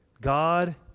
God